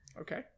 Okay